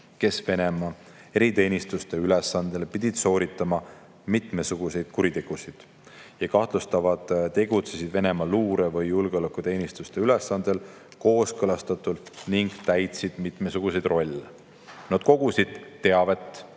kes Venemaa eriteenistuste ülesandel pidid sooritama mitmesuguseid kuritegusid. Kahtlustatavad tegutsesid Venemaa luure- või julgeolekuteenistuse ülesandel kooskõlastatult ning täitsid mitmesuguseid rolle. Nad kogusid teavet